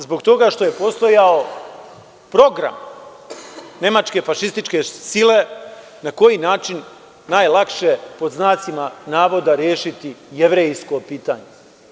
Zbog toga što je postojao program nemačke fašističke sile na koji način najlakše, pod znacima navoda, rešiti jevrejsko pitanje.